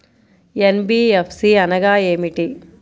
NBFC అనగా ఏమిటీ?